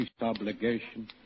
obligation